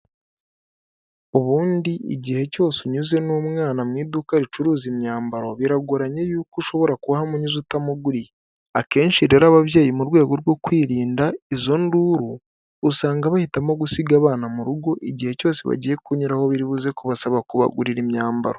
Ubundi igihe cyose unyuze n'umwana mu iduka ricuruza imyambaro biragoranye yuko ushobora kuhamunyuza utamuguriye, akenshi rero ababyeyi mu rwego rwo kwirinda izo nduru usanga bahitamo gusiga abana mu rugo igihe cyose bagiye kunyuraho biribuze kubasaba kubagurira imyambaro.